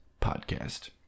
Podcast